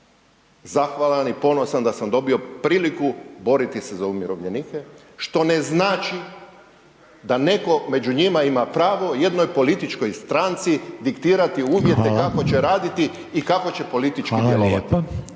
Hvala vam lijepa.